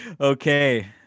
Okay